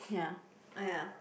ya !aiya!